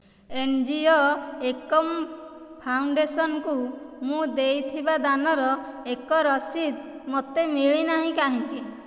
N G O Ekam foundation ମୁଁ ଦେଇଥିବା ଦାନର ଏକ ରସିଦ ମୋତେ ମିଳିନାହିଁ କାହିଁକି